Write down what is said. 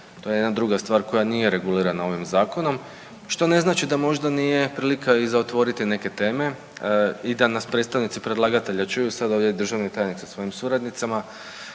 to je jedna druga stvar koja nije regulirana ovim zakon, što ne znači da možda nije prilika i za otvoriti neke teme i da nas predstavnici predlagatelja čuju sada ovdje, državni tajnik sa svojim suradnicama,